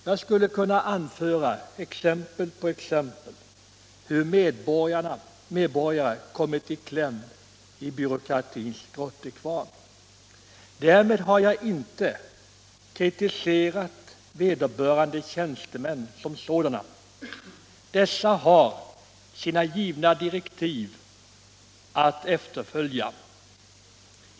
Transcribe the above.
Jag skulle kunna anföra många exempel på hur medborgare kommit i kläm i byråkratins grottekvarn. Därmed har jag inte kritiserat vederbörande tjänstemän som sådana. Dessa har sina givna direktiv att följa.